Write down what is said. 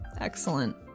Excellent